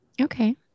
Okay